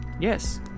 Yes